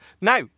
Now